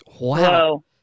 Wow